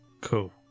Cool